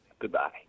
Goodbye